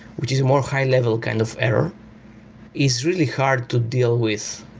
which is more high level kind of error is really hard to deal with.